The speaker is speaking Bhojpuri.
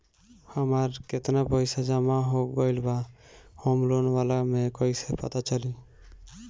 हमार केतना पईसा जमा हो गएल बा होम लोन वाला मे कइसे पता चली?